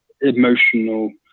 emotional